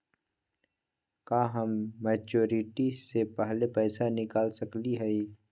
का हम मैच्योरिटी से पहले पैसा निकाल सकली हई?